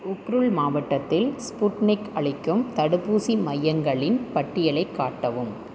உக்ருல் மாவட்டத்தில் ஸ்புட்னிக் அளிக்கும் தடுப்பூசி மையங்களின் பட்டியலை காட்டவும்